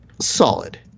solid